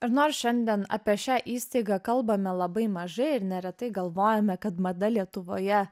ir nors šiandien apie šią įstaigą kalbame labai mažai ir neretai galvojame kad mada lietuvoje